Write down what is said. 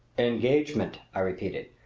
engagement, i repeated.